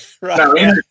right